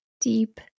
deep